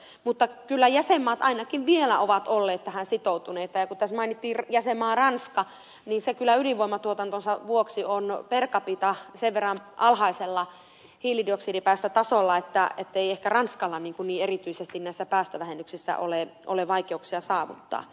mutta kyllä jäsenmaat ainakin vielä ovat olleet tähän sitoutuneita ja kun tässä mainittiin jäsenmaa ranska niin se kyllä ydinvoimatuotantonsa vuoksi on per capita sen verran alhaisella hiilidioksidipäästötasolla ettei ehkä ranskalla niin erityisesti näitä päästövähennyksiä ole vaikeuksia saavuttaa